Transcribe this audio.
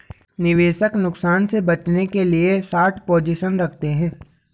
निवेशक नुकसान से बचने के लिए शार्ट पोजीशन रखते है